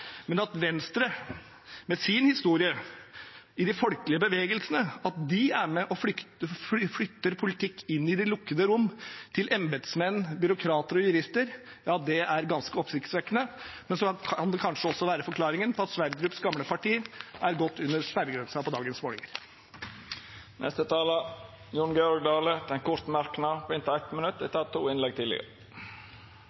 men at Venstre, med sin historie i de folkelige bevegelsene, er med på å flytte politikk inn i de lukkede rom, til embetsmenn, byråkrater og jurister, er ganske oppsiktsvekkende. Det kan kanskje også være forklaringen på at Sverdrups gamle parti ligger godt under sperregrensen på dagens målinger. Representanten Jon Georg Dale har hatt ordet to gonger tidlegare og får ordet til ein kort merknad, avgrensa til 1 minutt.